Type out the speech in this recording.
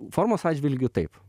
formos atžvilgiu taip